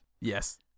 Yes